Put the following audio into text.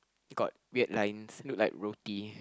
got weird lines look like roti